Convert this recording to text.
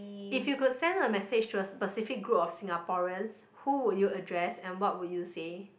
if you could send a message to a specific group of Singaporeans who would you address and what would you say